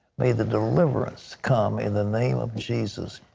may the deliverance come in the name of jesus.